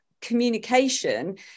communication